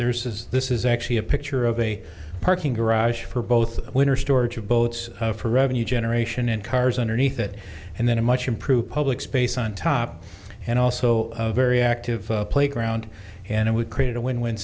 says this is actually a picture of a parking garage for both winter storage of boats for revenue generation and cars underneath it and then a much improved public space on top and also a very active playground and it would create a win win